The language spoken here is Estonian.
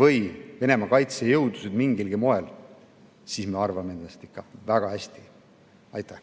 või Venemaa kaitsejõudusid mingilgi moel, siis me arvame endast ikka väga hästi. Aitäh!